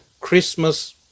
christmas